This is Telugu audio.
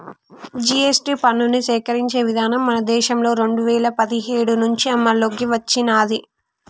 జీ.ఎస్.టి పన్నుని సేకరించే విధానం మన దేశంలో రెండు వేల పదిహేడు నుంచి అమల్లోకి వచ్చినాది